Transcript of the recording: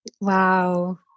Wow